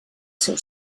seu